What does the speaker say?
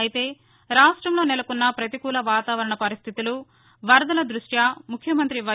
అయితే రాష్టంలో నెలకొన్న పతికూల వాతావరణ పరిస్దితులు వరదల దృష్ట్రా ముఖ్యమంత్రి వై